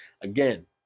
again